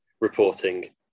reporting